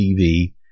TV